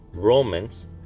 Romans